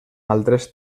altres